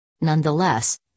Nonetheless